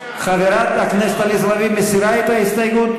חברת הכנסת עליזה לביא מסירה את ההסתייגות?